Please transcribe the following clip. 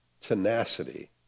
tenacity